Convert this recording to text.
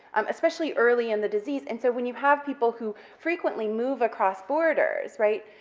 um especially early in the disease. and so when you have people who frequently move across borders, right,